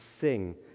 sing